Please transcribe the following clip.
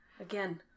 again